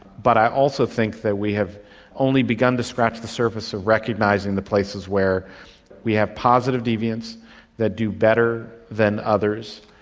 but i also think that we have only begun to scratch the surface of recognising the places where we have positive deviance that do better than others,